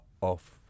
off